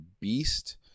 Beast